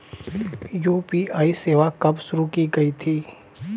UPI सेवा कब शुरू की गई थी?